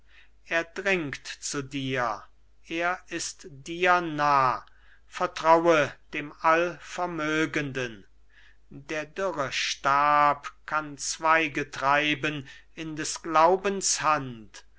er dringt zu dir er ist dir nah vertraue dem allvermögenden der dürre stab kann zweige treiben in des glaubens hand